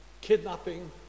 kidnapping